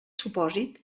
supòsit